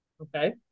okay